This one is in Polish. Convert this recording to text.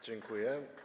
Dziękuję.